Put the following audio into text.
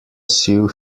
sue